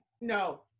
No